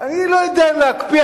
אני לא יודע אם להקפיא.